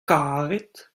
karet